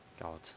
God